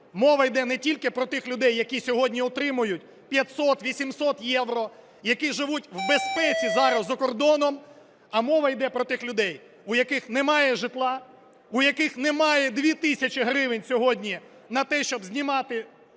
мова йде не тільки про тих людей, які сьогодні отримують 500, 800 євро, які живуть в безпеці зараз за кордоном, а мова йде про тих людей, у яких немає житла, у яких немає 2 тисячі гривень сьогодні на те, щоб знімати